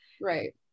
right